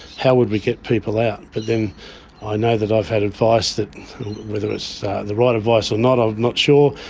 how would we get people out? but then i know that i have had advice, whether it's the right advice or not i'm not sure,